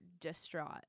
distraught